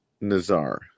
Nazar